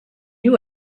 you